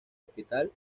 hospital